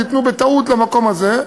הן ניתנו בטעות למקום הזה.